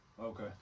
Okay